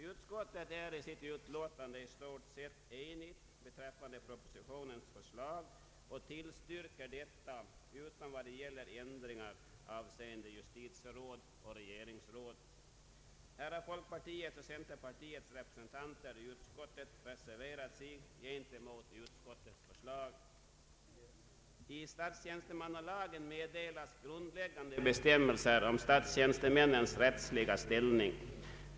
Utskottet är i sitt utlåtande i stort sett enigt beträffande propositionens förslag och tillstyrker detta utom vad gäller ändringarna avseende justitieråd och regeringsråd. Här har folkpartiets och centerpartiets representanter i utskottet reserverat sig gentemot utskottets förslag. I statstjänstemannalagen meddelas grundläggande bestämmelser om statstjänstemännens rättsliga ställning.